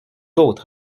autre